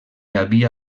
havia